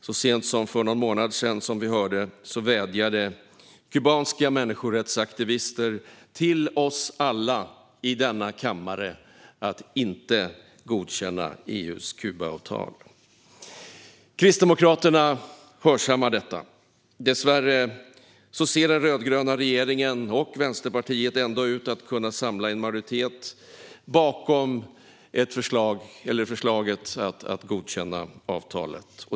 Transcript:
Så sent som för någon månad sedan, som vi hörde, vädjade kubanska människorättsaktivister till oss alla i denna kammare att inte godkänna EU:s Kubaavtal. Kristdemokraterna hörsammar detta. Dessvärre ser den rödgröna regeringen och Vänsterpartiet ändå ut att kunna samla en majoritet bakom förslaget att godkänna avtalet.